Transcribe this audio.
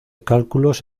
cálculos